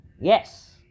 Yes